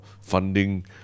funding